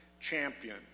Champion